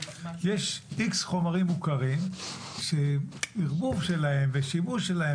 יש X חומרים מוכרים שערבוב שלהם ושימוש שלהם